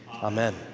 Amen